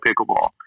pickleball